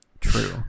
True